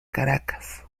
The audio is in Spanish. caracas